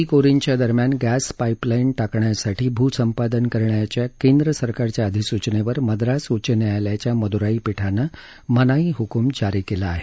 रामनाथपुरम ते तुतिकोरीनच्या दरम्यान गॅस पाईपलाईन टाकण्यासाठी भूसंपादन करण्याच्या केंद्र सरकारच्या अधिसूचनेवर मद्रास उच्च न्यायालयाच्या मदुराई पीठाने मनाई हूकूम जारी केला आहे